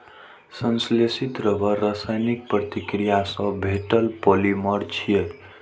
संश्लेषित रबड़ रासायनिक प्रतिक्रिया सं भेटल पॉलिमर छियै